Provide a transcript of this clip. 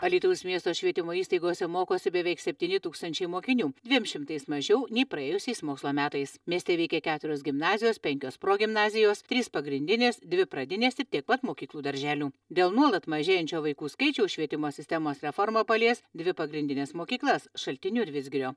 alytaus miesto švietimo įstaigose mokosi beveik septyni tūkstančiai mokinių dviem šimtais mažiau nei praėjusiais mokslo metais mieste veikia keturios gimnazijos penkios progimnazijos trys pagrindinės dvi pradinės ir tiek pat mokyklų darželių dėl nuolat mažėjančio vaikų skaičiaus švietimo sistemos reforma palies dvi pagrindines mokyklas šaltinių ir vidzgirio